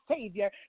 Savior